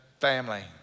family